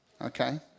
okay